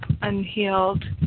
unhealed